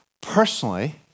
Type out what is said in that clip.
personally